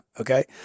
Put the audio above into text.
Okay